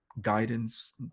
guidance